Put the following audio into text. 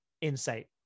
insight